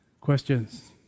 Questions